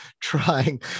trying